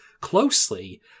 closely